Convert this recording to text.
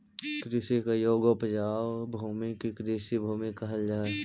कृषि के योग्य उपजाऊ भूमि के कृषिभूमि कहल जा हई